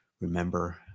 remember